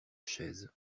chaise